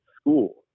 school